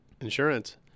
Insurance